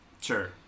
Sure